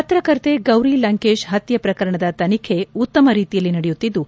ಪತ್ರಕರ್ತೆ ಗೌರಿಲಂಕೇಶ್ ಪತ್ಯೆ ಪ್ರಕರಣದ ತನಿಖೆ ಉತ್ತಮ ರೀತಿಯಲ್ಲಿ ನಡೆಯುತ್ತಿದ್ದು